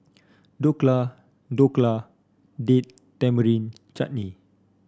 Dhokla Dhokla Date Tamarind Chutney